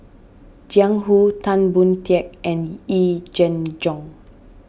Jiang Hu Tan Boon Teik and Yee Jenn Jong